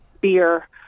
beer